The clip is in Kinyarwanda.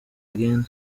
again